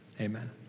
amen